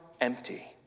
empty